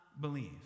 believe